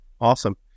Awesome